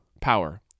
power